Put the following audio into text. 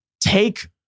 Take